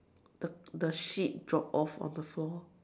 the the sheet drop off on the floor